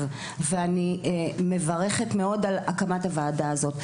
ואני מברכת מאוד על הקמת הוועדה הזאת,